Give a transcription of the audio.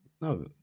no